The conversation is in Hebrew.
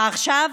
ועכשיו,